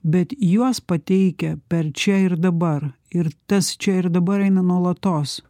bet juos pateikia per čia ir dabar ir tas čia ir dabar eina nuolatos